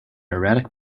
erratic